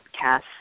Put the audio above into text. Cass